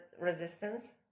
resistance